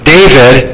David